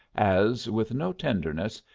as, with no tenderness,